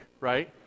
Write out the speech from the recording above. right